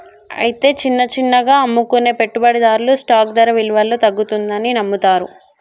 అయితే చిన్న చిన్నగా అమ్ముకునే పెట్టుబడిదారులు స్టాక్ ధర విలువలో తగ్గుతుందని నమ్ముతారు